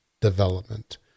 development